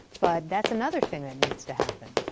but that's another thing that needs to happen.